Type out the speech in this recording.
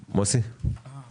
מוסי, בבקשה.